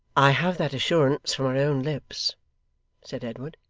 i have that assurance from her own lips said edward,